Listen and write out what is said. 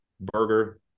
Burger